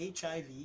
hiv